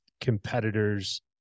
competitors